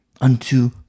unto